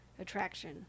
attraction